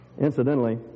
Incidentally